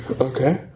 Okay